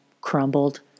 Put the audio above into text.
crumbled